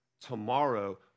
Tomorrow